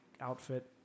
outfit